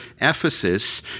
Ephesus